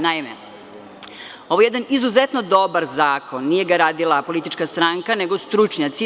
Naime, ovo je jedan izuzetno dobar zakon, nije ga radila politička stranka, nego stručnjaci.